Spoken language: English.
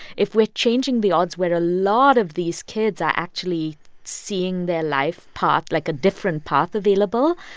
if we're changing the odds where a lot of these kids are actually seeing their life path like, a different path available,